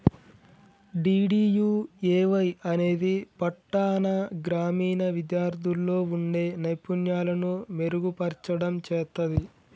DDUAY అనేది పట్టాణ, గ్రామీణ విద్యార్థుల్లో వుండే నైపుణ్యాలను మెరుగుపర్చడం చేత్తది